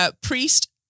priest